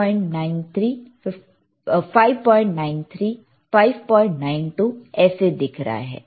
593 592 ऐसे दिख रहा है